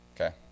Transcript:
Okay